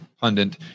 pundit